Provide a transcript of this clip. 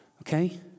Okay